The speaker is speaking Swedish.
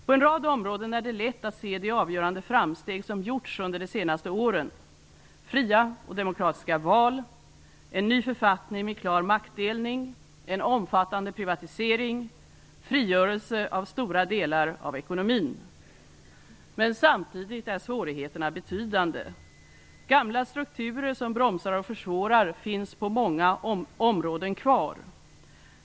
På en rad områden är det lätt att se de avgörande framsteg som gjorts under de senaste åren: fria och demokratiska val, en ny författning med klar maktdelning, en omfattande privatisering och frigörelse av stora delar av ekonomin. Men samtidigt är svårigheterna betydande. Gamla strukturer som bromsar och försvårar finns på många områden kvar.